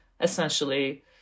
essentially